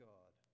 God